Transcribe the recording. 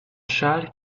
châle